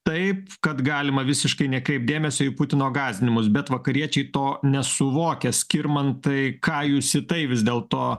taip kad galima visiškai nekreipt dėmesio į putino gąsdinimus bet vakariečiai to nesuvokia skirmantai ką jūs į tai vis dėl to